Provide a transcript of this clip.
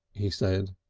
he said,